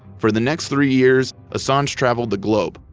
for the next three years, assange traveled the globe,